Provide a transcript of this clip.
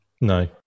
No